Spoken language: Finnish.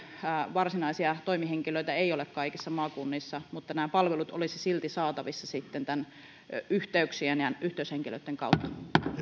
varsinaisia toimihenkilöitä ei ole kaikissa maakunnissa mutta että nämä palvelut olisivat silti saatavissa sitten näiden yhteyksien ja yhteyshenkilöitten kautta